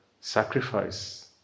sacrifice